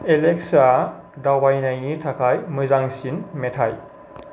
Alexa दावबायनायनि थाखाय मोजांसिन मेथाइ